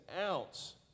ounce